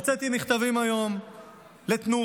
הוצאתי מכתבים היום לתנובה,